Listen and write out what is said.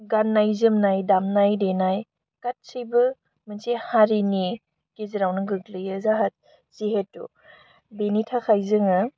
गान्नाय जोमनाय दामनाय देनाय गासैबो मोनसे हारिनि गेजेरावनो गोग्लैयो जोंहा जिहेथु बिनि थाखाय जोङो